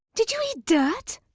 did you eat dirt?